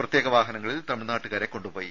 പ്രത്യേക വാഹനങ്ങളിൽ തമിഴ്നാട്ടുകാരെ കൊണ്ടുപോയി